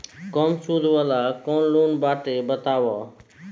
कम सूद वाला कौन लोन बाटे बताव?